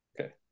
okay